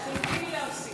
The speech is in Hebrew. על לחלופין לא צריך להצביע.